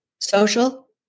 social